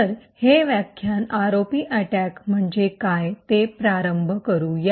तर हे व्याख्यान आरओपी अटैक म्हणजे काय ते प्रारंभ करूया